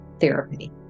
therapy